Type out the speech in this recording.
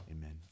Amen